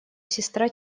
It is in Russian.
сестра